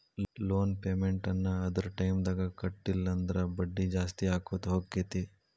loan payment ನ್ನ ಅದರ್ ಟೈಮ್ದಾಗ್ ಕಟ್ಲಿಲ್ಲಂದ್ರ ಬಡ್ಡಿ ಜಾಸ್ತಿಅಕ್ಕೊತ್ ಹೊಕ್ಕೇತಿ